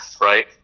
right